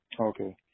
Okay